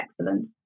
excellent